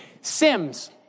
Sims